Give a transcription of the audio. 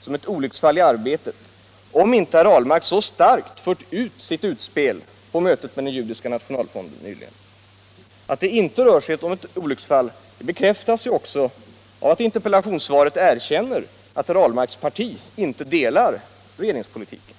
som ett olycksfall i arbetet, om inte herr Ahlmark så starkt fört fram sitt utspel på mötet med Judiska nationalfonden nyligen. Att det inte rör sig om ett olycksfall bekräftas också av att utrikesministern i interpellationssvaret erkänner att herr Ahlmarks parti inte ansluter sig till regeringspolitiken.